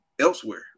elsewhere